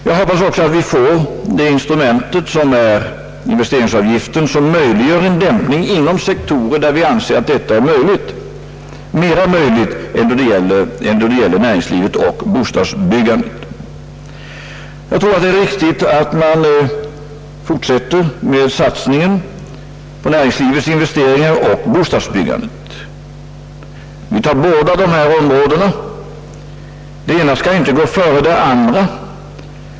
Jag hoppas också att vi får det instrument i den föreslagna investeringsavgiften, som möjliggör en dämpning inom sektorer där vi anser att detta är möjligt — i varje fall mera möjligt än när det gäller näringslivet och bostadsbyggandet. Jag tror att det är riktigt att fortsätta med satsningen på näringslivets investeringar och på investeringar till bostadsbyggandet. Vi tar båda dessa områden; det ena skall inte gå före det andra.